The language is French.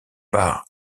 par